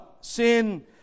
sin